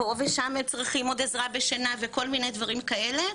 פה ושם צריכים עוד עזרה בשינה וכל מיני דברים כאלה,